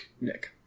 Nick